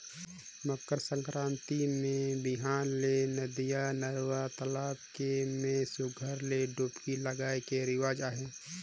मकर संकरांति मे बिहान ले नदिया, नरूवा, तलवा के में सुग्घर ले डुबकी लगाए के रिवाज अहे